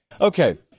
Okay